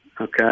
okay